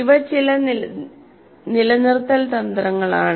ഇവ ചില നിലനിർത്തൽ തന്ത്രങ്ങളാണ്